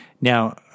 Now